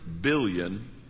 billion